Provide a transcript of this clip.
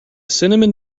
cinnamon